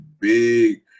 big